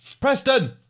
Preston